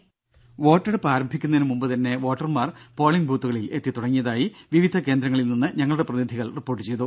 ദ്ദേ വോട്ടെടുപ്പ് ആരംഭിക്കുന്നതിന് മുമ്പുതന്നെ വോട്ടർമാർ പോളിംഗ് ബൂത്തുകളിൽ എത്തിത്തുടങ്ങിയതായി വിവിധ കേന്ദ്രങ്ങളിൽ നിന്ന് ഞങ്ങളുടെ പ്രതിനിധികൾ റിപ്പോർട്ട് ചെയ്തു